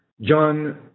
John